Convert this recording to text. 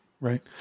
Right